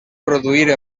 produir